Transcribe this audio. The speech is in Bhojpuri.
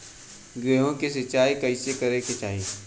गेहूँ के सिंचाई कइसे करे के चाही?